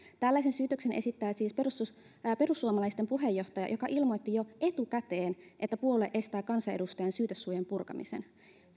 tällaisen syytöksen esittää siis perussuomalaisten puheenjohtaja joka ilmoitti jo etukäteen että puolue estää kansanedustajan syytesuojan purkamisen